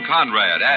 Conrad